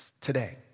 Today